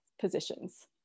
positions